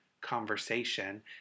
conversation